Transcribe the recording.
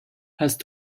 hast